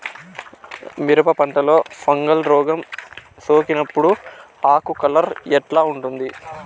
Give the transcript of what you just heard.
మిరప పంటలో ఫంగల్ రోగం సోకినప్పుడు ఆకు కలర్ ఎట్లా ఉంటుంది?